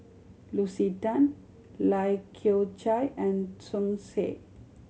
Lucy Tan Lai Kew Chai and Tsung Yeh